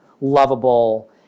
lovable